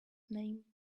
name